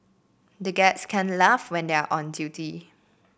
the gets can't laugh when they are on duty